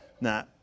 Nah